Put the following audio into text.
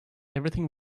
everything